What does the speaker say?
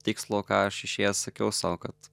tikslo ką aš išėjęs sakiau sau kad